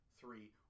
three